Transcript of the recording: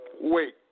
wait